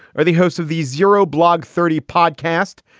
are the hosts of these zero blog thirty podcast,